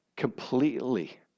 Completely